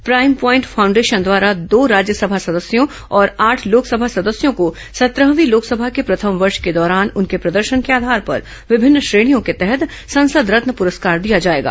prime point foundation द्वारा दो राज्यसभा सदस्यों और आठ लोकसभा सदस्यों को सत्रहवीं लोकसभा के प्रथम वर्ष के दौरान उनके प्रदर्शन के आधार पर विभिन्न श्रेणियों के तहत संसद रत्न पुरस्कार दिया जाएगा